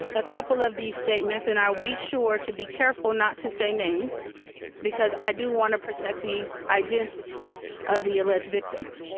a couple of these statements and i'll be sure to be careful not to say names because i do wanna protect the identity of the alleged victims.